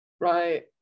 right